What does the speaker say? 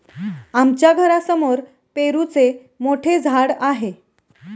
आमच्या घरासमोर पेरूचे मोठे झाड आहे